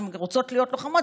הן רוצות להיות לוחמות.